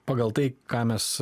pagal tai ką mes